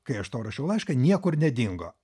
kai aš tau rašiau laišką niekur nedingo